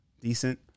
decent